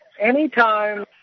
Anytime